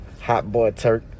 HotboyTurk